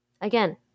again